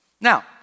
Now